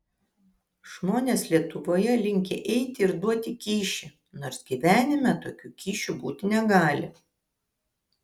žmonės lietuvoje linkę eiti ir duoti kyšį nors gyvenime tokių kyšių būti negali